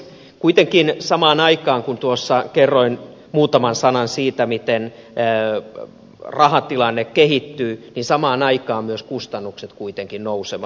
kuitenkin samaan aikaan kun tuossa kerroin muutaman sanan siitä miten rahatilanne kehittyy myös kustannukset nousevat